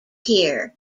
here